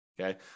Okay